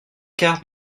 quart